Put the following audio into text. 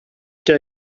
der